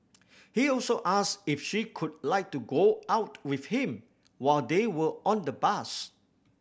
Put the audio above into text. he also ask if she would like to go out with him while they were on the bus